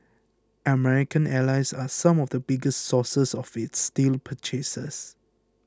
American allies are some of the biggest sources of its steel purchases